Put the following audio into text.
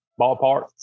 ballpark